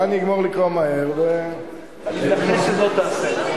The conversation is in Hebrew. אולי אני אגמור לקרוא מהר, אני מנחש שלא תעשה.